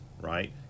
right